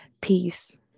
peace